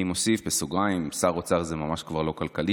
אני מוסיף בסוגריים: שר אוצר זה ממש כבר לא כלכלי,